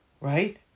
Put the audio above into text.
Right